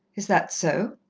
is that so?